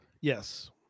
Yes